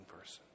person